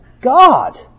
God